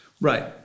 Right